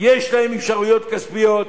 יש אפשרויות כספיות,